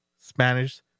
Spanish